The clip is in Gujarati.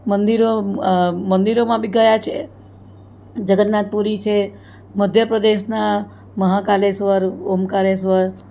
મંદિરો મંદિરોમાં બી ગયા છે જગન્નાથપૂરી છે મધ્યપ્રદેશના મહાકાલેશ્વર ઓમકારેશ્વર